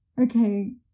okay